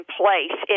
place